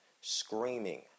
screaming